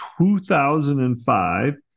2005